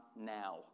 now